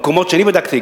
במקומות שאני בדקתי,